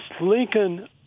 Lincoln